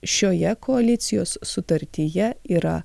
šioje koalicijos sutartyje yra